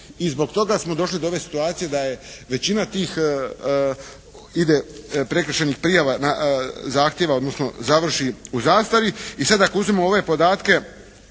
i zbog toga smo došli do ove situacije da je većina tih ide prekršajnih prijava, odnosno zahtjeva završi u zastari